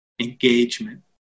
Engagement